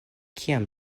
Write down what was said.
kiam